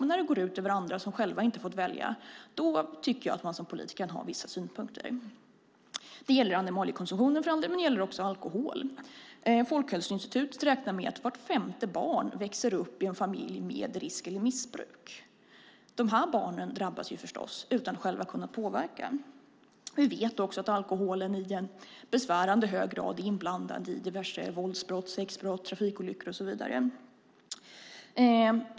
Men när det går ut över andra som själva inte har fått välja tycker jag att man som politiker kan ha vissa synpunkter. Det gäller animaliekonsumtionen, men det gäller också alkoholkonsumtionen. Folkhälsoinstitutet räknar med att vart femte barn växer upp i en familj med risk eller missbruk. Dessa barn drabbas förstås utan att själva kunna påverka. Vi vet också att alkohol i en besvärande hög grad är inblandad i diverse våldsbrott, sexbrott, trafikolyckor och så vidare.